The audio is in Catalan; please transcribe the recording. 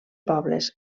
pobles